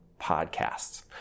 podcasts